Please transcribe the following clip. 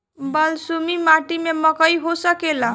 बलसूमी माटी में मकई हो सकेला?